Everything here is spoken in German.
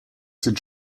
sind